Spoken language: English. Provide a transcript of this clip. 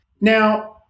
Now